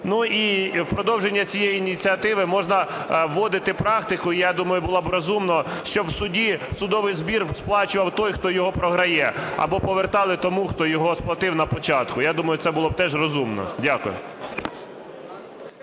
Ну і в продовження цієї ініціативи можна вводити практику, я думаю, було би розумно, щоб в суді судовий збір сплачував той, хто його програє, або повертали тому, хто його сплатив на початку. Я думаю, це було б теж розумно. Дякую.